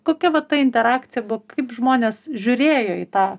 kokia va ta interakcija buvo kaip žmonės žiūrėjo į tą